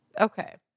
Okay